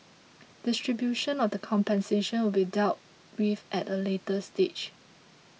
distribution of the compensation will be dealt with at a later stage